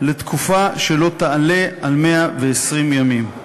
לתקופה שלא תעלה על 120 ימים.